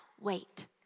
Wait